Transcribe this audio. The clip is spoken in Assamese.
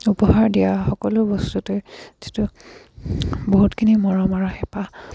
উপহাৰ দিয়া সকলো বস্তুতে যিটো বহুতখিনি মৰম আৰু হেঁপাহ